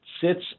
sits